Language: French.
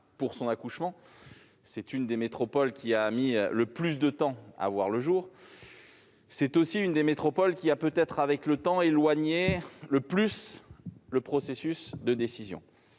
dès son accouchement, car c'est une des métropoles qui a mis le plus de temps à voir le jour. C'est aussi une des métropoles qui a, peut-être avec le temps, éloigné le plus le processus de décision,